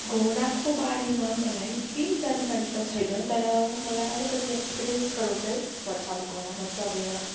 घोडाको बारेमा मलाई केही जानकारी त छैन तर मलाई अलिकति एक्सपिरियन्स गर्नु चाहिँ मन छ अब घोडामा चढेर